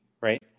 right